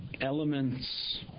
elements